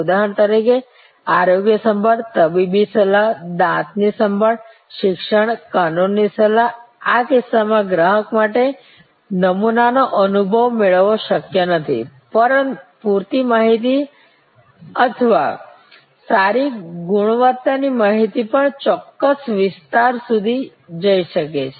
ઉદાહરણ તરીકે આરોગ્ય સંભાળ તબીબી સલાહ દાંતની સંભાળ શિક્ષણ કાનૂની સલાહ આ કિસ્સામાં ગ્રાહક માટે નમૂનાનો અનુભવ મેળવવો શક્ય નથી પૂરતી માહિતી અથવા સારી ગુણવત્તાની માહિતી પણ ચોક્કસ વિસ્તાર સુધી જઈ શકે છે